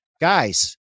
guys